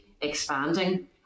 expanding